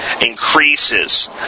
increases